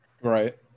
right